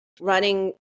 running